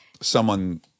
Someone-